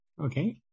Okay